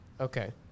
Okay